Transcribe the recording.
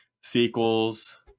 sequels